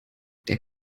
der